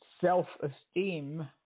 self-esteem